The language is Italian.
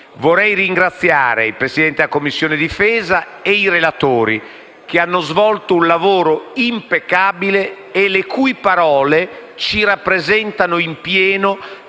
Vorrei ringraziare il Presidente della Commissione difesa e i relatori, che hanno svolto un lavoro impeccabile e le cui parole ci rappresentano in pieno,